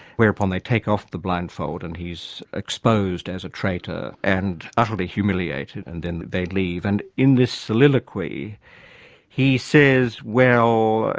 whereupon they take off the blindfold and he's exposed as a traitor and utterly humiliated and then they leave, and in this soliloquy he says, well,